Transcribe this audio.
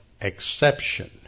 exception